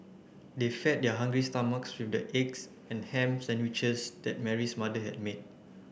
they fed their hungry stomachs with the eggs and ham sandwiches that Mary's mother had made